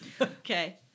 Okay